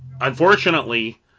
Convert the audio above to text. unfortunately